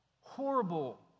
horrible